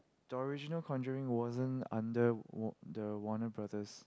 the original Conjuring wasn't under war~ the Warner-Brothers